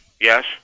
Yes